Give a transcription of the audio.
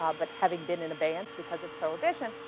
ah but having been in abeyance because of prohibition,